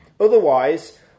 Otherwise